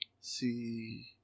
See